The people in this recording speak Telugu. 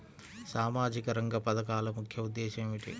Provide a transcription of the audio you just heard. సామాజిక రంగ పథకాల ముఖ్య ఉద్దేశం ఏమిటీ?